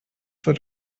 for